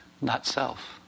not-self